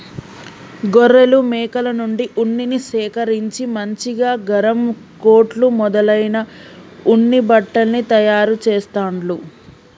గొర్రెలు మేకల నుండి ఉన్నిని సేకరించి మంచిగా గరం కోట్లు మొదలైన ఉన్ని బట్టల్ని తయారు చెస్తాండ్లు